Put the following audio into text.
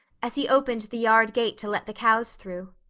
as he opened the yard gate to let the cows through.